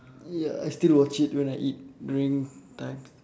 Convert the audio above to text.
ya I still watch it when I eat during times